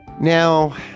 Now